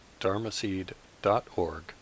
dharmaseed.org